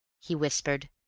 he whispered.